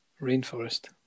rainforest